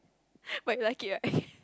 but you like it right